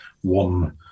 one